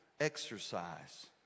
exercise